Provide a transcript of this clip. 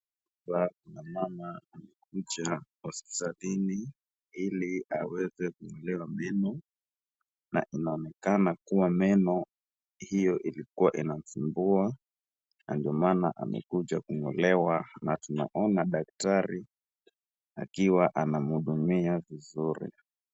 Mama amekuja hospitalini ili ili aweze kungolewa meno, na inaonekana kuwa meno hiyo ilikua inamsumbua na ndo maana amekuja kungolewa na tuaona daktari akiwa anamhudumia vizuri.